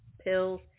pills